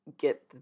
get